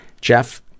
Jeff